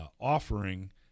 offering